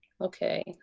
Okay